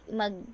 mag